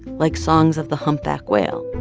like songs of the humpback whale.